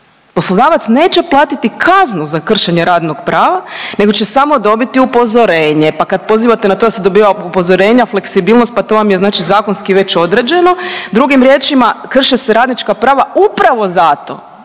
poslodavac neće platiti kaznu za kršenje radnog prava nego će samo dobiti upozorenje. Pa kad pozivate na to da se dobiva upozorenja, fleksibilnost pa to vam je znači zakonski već određeno. Drugim riječima krše se radnička prava upravo zato